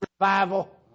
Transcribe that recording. revival